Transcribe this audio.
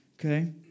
okay